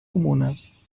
comunes